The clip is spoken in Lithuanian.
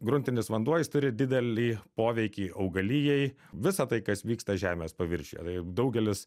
gruntinis vanduo jis turi didelį poveikį augalijai visa tai kas vyksta žemės paviršiuj a daugelis